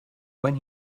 when